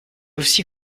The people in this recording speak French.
aussi